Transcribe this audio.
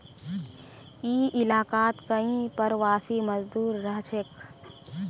ई इलाकात कई प्रवासी मजदूर रहछेक